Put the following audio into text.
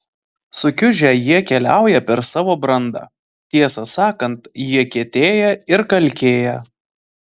sukiužę jie keliauja per savo brandą tiesą sakant jie kietėja ir kalkėja